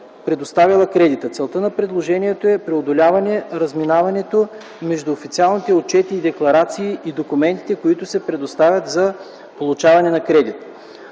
предоставила кредит. Целта на предложението е преодоляване разминаването между официалните отчети и декларации и документите, които се предоставят за получаване на кредит.